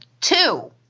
two